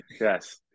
Yes